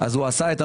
אם כן,